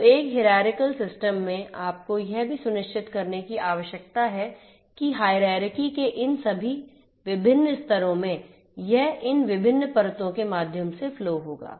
तो एक hierarchical systems में आपको यह भी सुनिश्चित करने की आवश्यकता है कि हायरार्की के इन सभी विभिन्न स्तरों में यह इन विभिन्न परतों के माध्यम से फ्लो होगा